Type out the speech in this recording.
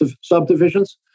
subdivisions